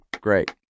great